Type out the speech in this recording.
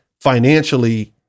financially